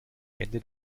ende